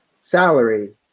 salary